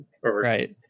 Right